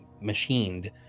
machined